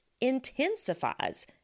intensifies